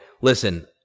listen